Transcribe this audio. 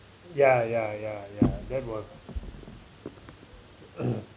ya ya ya ya that was